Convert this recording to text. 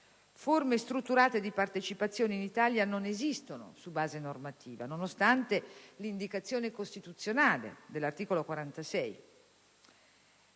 forme strutturate di partecipazione in Italia non esistono su base normativa, nonostante l'indicazione costituzionale dell'articolo 46.